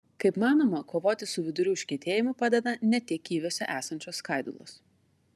kaip manoma kovoti su vidurių užkietėjimu padeda ne tik kiviuose esančios skaidulos